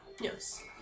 Yes